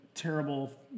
terrible